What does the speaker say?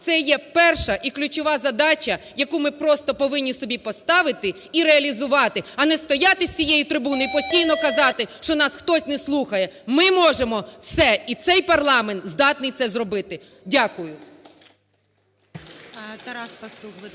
Це є перша і ключова задача, яку ми просто повинні собі поставити і реалізувати, а не стояти з цієї трибуни і постійно казати, що нас хтось не слухає. Ми можемо все і цей парламент здатний це зробити. Дякую. ГОЛОВУЮЧИЙ. Тарас